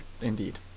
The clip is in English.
indeed